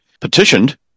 petitioned